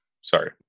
Sorry